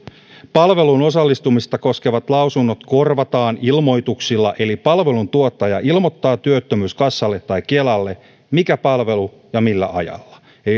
palveluun osallistumista koskevat lausunnot korvataan ilmoituksilla eli palveluntuottaja ilmoittaa työttömyyskassalle tai kelalle mikä palvelu ja millä ajalla